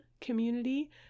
community